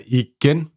igen